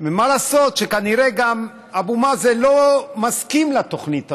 ומה לעשות, כנראה אבו מאזן לא מסכים לתוכנית הזאת.